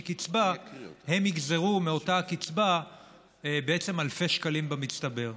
קצבה הם יגזרו מאותה הקצבה בעצם אלפי שקלים במצטבר.